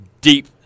deep